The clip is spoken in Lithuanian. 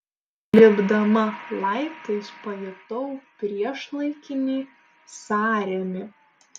lipdama laiptais pajutau priešlaikinį sąrėmį